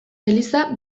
eliza